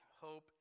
hope